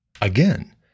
again